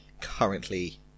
currently